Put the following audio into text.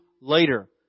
later